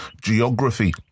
Geography